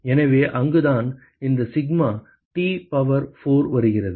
எனவே அங்குதான் இந்த சிக்மா T பவர் 4 வருகிறது